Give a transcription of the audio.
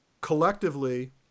collectively